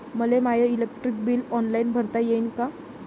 मले my electric bill online भरता येईन का?